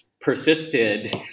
persisted